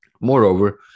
Moreover